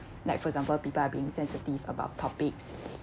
like for example people are being sensitive about topics